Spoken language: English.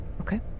Okay